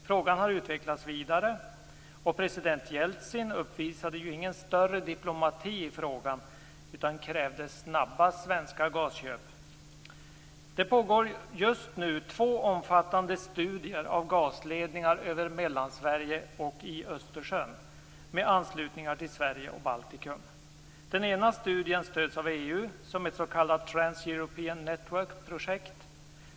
Frågan har utvecklats vidare, och president Jeltsin uppvisade ju ingen större diplomati i frågan utan krävde snabba svenska gasköp. Det pågår just nu två omfattande studier av gasledningar över Mellansverige och i Östersjön med anslutningar till Sverige och Baltikum. Den ena studien stöds av EU som ett s.k. Trans European Networkprojekt.